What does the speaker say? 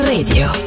Radio